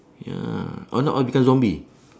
ya or not all become zombie